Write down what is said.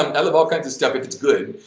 um i love all kinds of stuff if it's good.